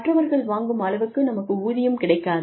மற்றவர்கள் வாங்கும் அளவுக்கு நமக்கும் ஊதியம் கிடைக்காது